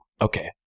Okay